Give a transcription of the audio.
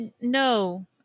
No